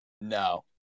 No